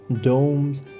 Domes